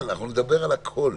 אנחנו נדבר על הכול.